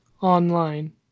online